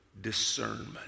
discernment